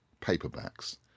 paperbacks